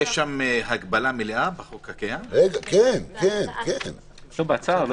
יש להבין גם אם הבדיקה שלילית,